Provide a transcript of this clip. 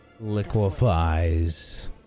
liquefies